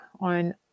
on